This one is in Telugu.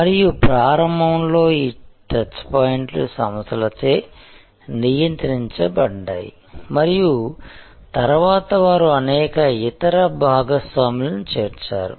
మరియు ప్రారంభంలో ఈ టచ్పాయింట్లు సంస్థలచే నియంత్రించబడ్డాయి మరియు తరువాత వారు అనేక ఇతర భాగస్వాములను చేర్చారు